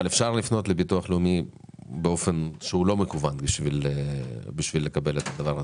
אבל אפשר לפנות לביטוח לאומי באופן לא מקוון בשביל לקבל את הדבר הזה.